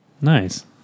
Nice